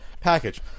package